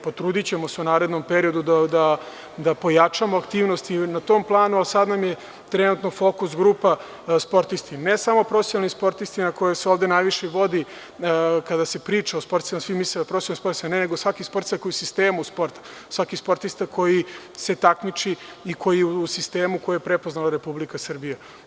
Potrudićemo se u narednom periodu da pojačamo aktivnost i na tom planu, ali sada nam je trenutno fokus grupa sportisti, ne samo profesionalni sportisti, o kojima se ovde najviše govori, kada se priča o sportistima svi misle o profesionalnim sportistima, ne, nego svaki sportista koji je u sistemu sporta, svaki sportista koji se takmiči i koji je u sistemu koji je prepoznala Republika Srbija.